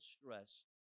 stress